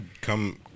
come